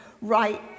right